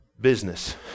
business